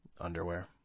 underwear